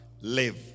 Live